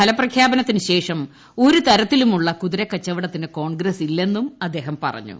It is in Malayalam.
ഫലപ്രഖ്യാപനത്തിനുശേഷം ഒരു തരത്തിലുമുള്ള കുതിരക്കച്ചവടത്തിന് കോൺഗ്രസില്ലെന്നും അദ്ദേഹം പറഞ്ഞു